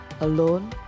Alone